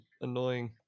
annoying